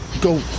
go